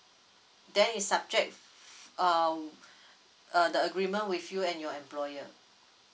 that is subject um uh the agreement with you and your employer